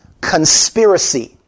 conspiracy